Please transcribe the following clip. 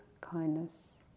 kindness